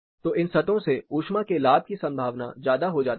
तो इन सतहों से ऊष्मा के लाभ की संभावना ज्यादा हो जाती है